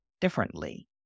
differently